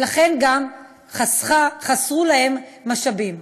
ולכן גם חסרו להן משאבים.